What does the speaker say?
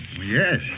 Yes